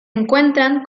encuentran